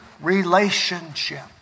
relationship